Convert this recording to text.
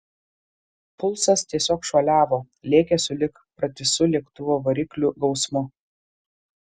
pulsas tiesiog šuoliavo lėkė sulig pratisu lėktuvo variklių gausmu